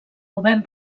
govern